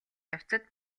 явцад